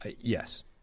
Yes